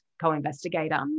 co-investigator